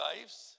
lives